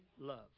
love